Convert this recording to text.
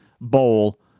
bowl